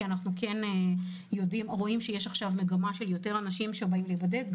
כי אנחנו רואים שיש עכשיו מגמה שיותר אנשים באים להיבדק.